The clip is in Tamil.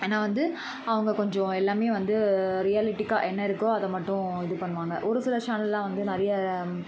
ஏன்னா வந்து அவங்க கொஞ்சம் எல்லாமே வந்து ரியாலிட்டிக்கா என்ன இருக்கோ அதை மட்டும் இது பண்ணுவாங்கள் ஒரு சில சேனல்லாம் வந்து நிறைய